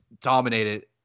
dominated